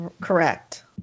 Correct